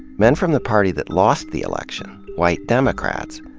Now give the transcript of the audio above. men from the party that lost the election, white democrats,